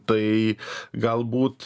tai galbūt